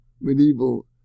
medieval